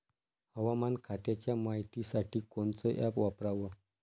हवामान खात्याच्या मायतीसाठी कोनचं ॲप वापराव?